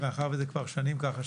מאחר שזה כבר שנים ככה,